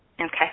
Okay